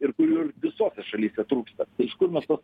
ir kurių ir visose šalyse trūksta tai iš kur mes tuos